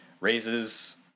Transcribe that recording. raises